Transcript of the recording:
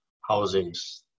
housings